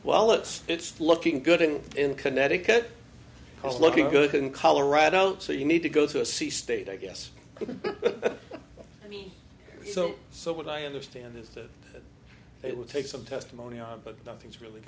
well it's it's looking good in in connecticut are looking good in colorado so you need to go through a sea state i guess because i mean so so what i understand is that it will take some testimony on but nothing's really